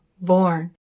born